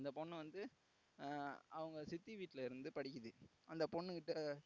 அந்த பொண்ணு வந்து அவங்க சித்தி வீட்லருந்து படிக்குது அந்த பொண்ணுக்கிட்ட